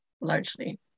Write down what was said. largely